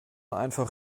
einfach